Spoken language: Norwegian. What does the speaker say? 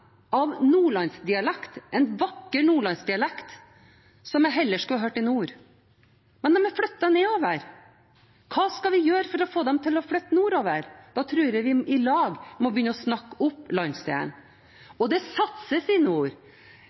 av nordlandsdialekt, en vakker nordlandsdialekt, som jeg heller skulle hørt i nord. Men nordlendingene har flyttet nedover. Hva skal vi gjøre for å få dem til å flytte nordover? Da tror jeg vi i lag må begynne å snakke opp landsdelen. Det satses i nord.